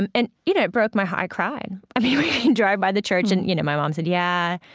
and and you know, it broke my heart i cried drive by the church and you know my mom said, yeah,